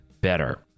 better